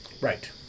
Right